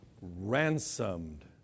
ransomed